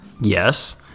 Yes